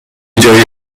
جایی